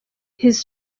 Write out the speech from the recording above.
his